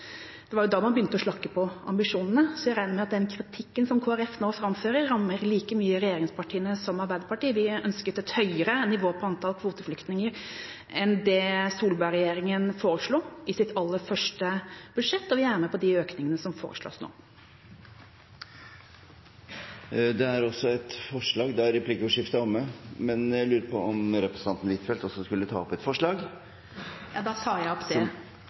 Det var jo da man begynte å senke ambisjonene, så jeg regner med at den kritikken som Kristelig Folkeparti nå framfører, rammer like mye regjeringspartiene som Arbeiderpartiet. Vi ønsket et høyere nivå på antallet kvoteflyktninger enn det Solberg-regjeringa foreslo i sitt aller første budsjett, og vi er med på de økningene som foreslås nå. Jeg tar opp Arbeiderpartiets forslag i innstillinga. Representanten Anniken Huitfeldt har tatt opp det forslaget hun refererte til. Replikkordskiftet er omme. 2014 har vært et